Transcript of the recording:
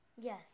Yes